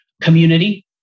community